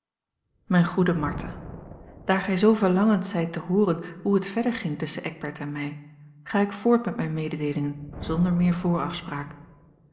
mijn goede martha daar gij zoo verlangend zijt te hooren hoe het verder ging tusschen eckbert en mij ga ik voort met mijne mededeelingen zonder meer voorafspraak